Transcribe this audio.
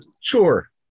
sure